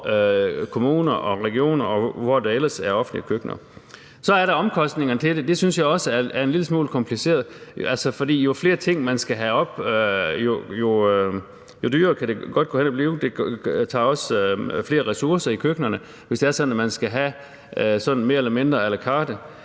kommuner og regioner, og hvor der ellers er offentlige køkkener. Så er der omkostningerne til det, og det synes jeg også er en lille smule kompliceret. For jo flere ting, man skal have på, jo dyrere kan det godt gå hen og blive, og det tager også flere ressourcer i køkkenerne, hvis det er sådan, at man mere eller mindre skal have